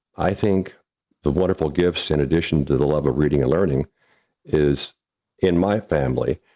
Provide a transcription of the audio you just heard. i think the wonderful gifts in addition to the love of reading and learning is in my family.